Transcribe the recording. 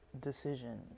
decision